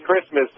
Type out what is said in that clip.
Christmas